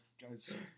Guys